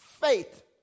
faith